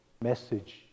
message